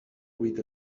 with